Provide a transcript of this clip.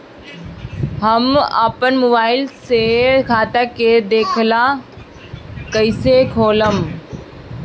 हम आपन मोबाइल से खाता के देखेला कइसे खोलम?